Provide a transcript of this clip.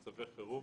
מצבי חירום,